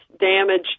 Damage